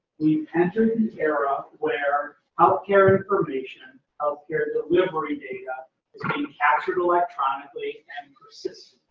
we've entered the era where healthcare information, healthcare delivery data, is being captured electronically and persistently.